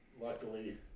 luckily